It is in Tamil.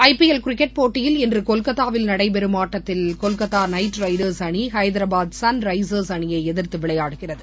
ஐபிஎல் கிரிக்கெட் போட்டியில் இன்று கொல்கத்தாவில் நடைபெறும் ஆட்டத்தில் கொல்கத்தா நைட்ரைடஸ் அணி ஹைதராபாத் சன்ரைசஸ் அணியை எதிர்த்து விளையாடுகிறது